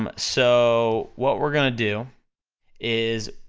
um so what we're gonna do is,